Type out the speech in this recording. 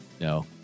No